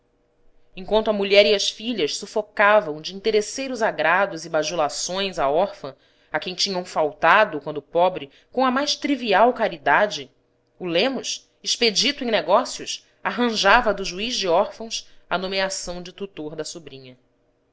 enquanto a mulher e as filhas sufocavam de interesseiros agrados e bajulações a órfã a quem tinham faltado quando po bre com a mais trivial caridade o lemos expedito em ne gó cios arranjava do juiz de órfãos a nomeação de tutor da sobrinha